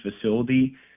facility